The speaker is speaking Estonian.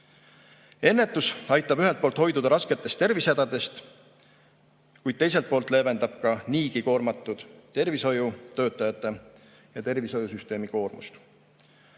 Ennetus aitab ühelt poolt hoiduda rasketest tervisehädadest, kuid teiselt poolt leevendab niigi koormatud tervishoiutöötajate ja tervishoiusüsteemi koormust.